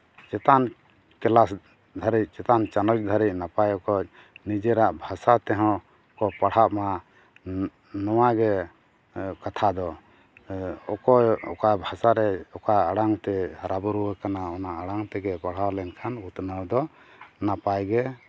ᱪᱮᱛᱟᱱ ᱠᱞᱟᱥ ᱫᱷᱟᱹᱨᱤᱡ ᱪᱮᱛᱟᱱ ᱪᱟᱱᱟᱡ ᱫᱷᱟᱹᱨᱤᱡ ᱱᱟᱯᱟᱭ ᱚᱠᱚᱡ ᱱᱤᱡᱮᱨᱟᱜ ᱵᱷᱟᱥᱟ ᱛᱮ ᱦᱚᱸ ᱠᱚ ᱯᱟᱲᱦᱟᱜᱢᱟ ᱱᱚᱣᱟ ᱜᱮ ᱠᱟᱛᱷᱟ ᱫᱚ ᱚᱠᱚᱭ ᱚᱠᱟ ᱵᱷᱟᱥᱟ ᱨᱮ ᱚᱠᱟ ᱟᱲᱟᱝᱛᱮ ᱦᱟᱨᱟᱼᱵᱩᱨᱩ ᱟᱠᱟᱱᱟᱭ ᱚᱱᱟ ᱟᱲᱟᱝ ᱛᱮᱜᱮ ᱯᱟᱲᱦᱟᱣ ᱞᱮᱱᱠᱷᱟᱱ ᱩᱛᱱᱟᱹᱣ ᱫᱚ ᱱᱟᱯᱟᱭᱜᱮ